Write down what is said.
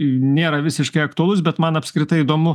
nėra visiškai aktualus bet man apskritai įdomu